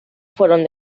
fueron